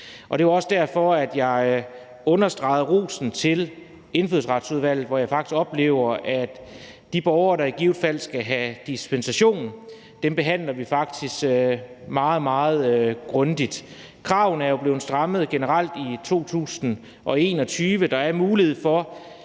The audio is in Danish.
det var også derfor, at jeg understregede rosen til Indfødsretsudvalget, hvor jeg faktisk oplever, at sagerne vedrørende de borgere, der i givet fald skal have dispensation, bliver behandlet meget, meget grundigt. Kravene er jo blevet strammet generelt i 2021, og der er mulighed for,